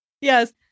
Yes